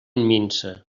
minsa